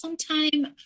sometime